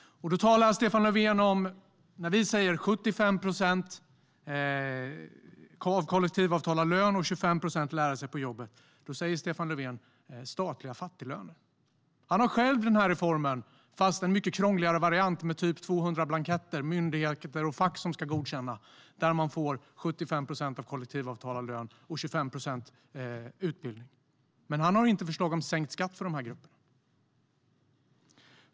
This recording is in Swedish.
När vi säger 75 procent av kollektivavtalad lön och 25 procent utbildning på jobbet säger Stefan Löfven att det är statliga fattiglöner. Han har själv denna reform, fast en krångligare variant med 200 blanketter som myndigheter och fack ska godkänna. Även här får man 75 procent av kollektivavtalad lön och 25 procent utbildning. Han har dock inte förslag om sänkt skatt för dessa grupper.